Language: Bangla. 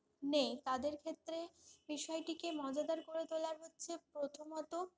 নেই তাদের ক্ষেত্রে বিষয়টিকে মজাদার করে তোলা হচ্ছে প্রথমত